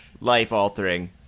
life-altering